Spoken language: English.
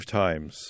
times